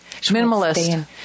Minimalist